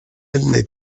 admet